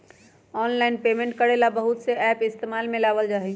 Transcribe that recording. online payment करे ला बहुत से एप इस्तेमाल में लावल जा हई